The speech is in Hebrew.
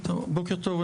בוקר טוב.